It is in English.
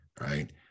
right